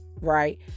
right